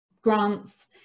grants